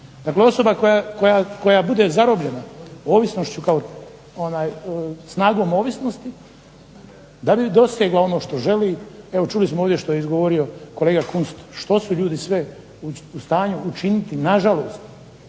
Dakle, osoba koja bude zarobljena ovisnošću snagom ovisnosti da li bi dosegla ono što želi? Evo čuli smo ovdje što je izgovorio kolega Kunst, što su ljudi sve u stanju učiniti nažalost